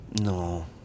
no